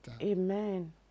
Amen